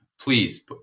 please